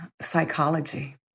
psychology